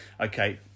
okay